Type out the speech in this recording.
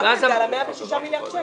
דיברנו על 106 מיליארד שקל.